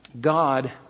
God